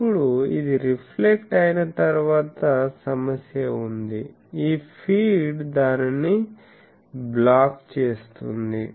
ఇప్పుడు ఇది రిఫ్లెక్ట్ అయిన తర్వాత సమస్య ఉంది ఈ ఫీడ్ దానిని బ్లాక్ చేస్తుంది